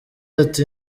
ati